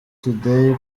tudeyi